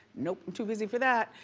nope, i'm too busy for that,